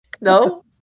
No